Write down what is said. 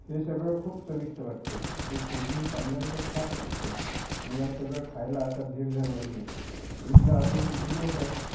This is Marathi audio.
हे सगळं खूप चविष्ट वाटत आहे आणि कोकणी सांदण तर खास वाटत आहे मला हे सगळं खायला आता धीर धरवत नाही ईदला अजून किती दिवस आहेत